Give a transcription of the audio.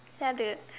ya dude